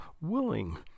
willing